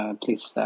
please